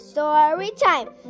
Storytime